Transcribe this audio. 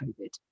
covid